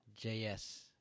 JS